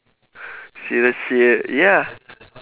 serious seri~ ya